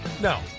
No